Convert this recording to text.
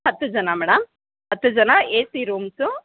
ಹತ್ತು ಜನ ಮೇಡಮ್ ಹತ್ತು ಜನ ಎ ಸಿ ರೂಮ್ಸು